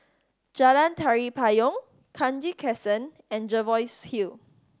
Jalan Tari Payong Kranji Crescent and Jervois Hill